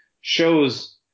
shows